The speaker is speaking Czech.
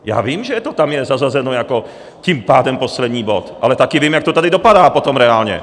Já vím, že to tam je zařazeno jako tím pádem poslední bod, ale taky vím, jak to tady dopadá potom reálně!